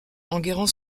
enguerrand